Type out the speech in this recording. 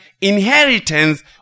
inheritance